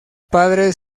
padres